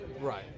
Right